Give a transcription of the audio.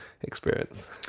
experience